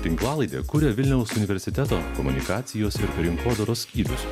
tinklalaidę kuria vilniaus universiteto komunikacijos ir rinkodaros skyrius